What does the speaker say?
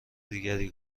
دیگری